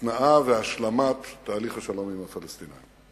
התנעה והשלמת תהליך השלום עם הפלסטינים.